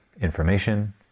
information